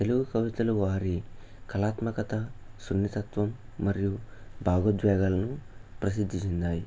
తెలుగు కవితలు వారి కళాత్మకత సున్నితత్వం మరియు భావోద్వేగాలను ప్రసిద్ది చెందాయి